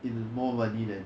in more money then